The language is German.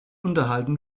unterhalten